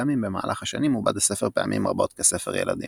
גם אם במהלך השנים עובד הספר פעמים רבות כספר ילדים.